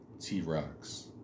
T-Rex